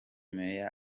meya